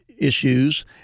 issues